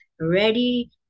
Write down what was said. ready